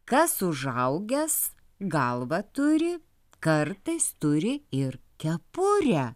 kas užaugęs galvą turi kartais turi ir kepurę